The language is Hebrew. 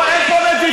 לא, אין פה נדיבות.